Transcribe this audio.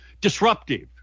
disruptive